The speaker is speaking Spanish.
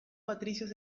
patricios